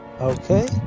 Okay